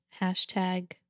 Hashtag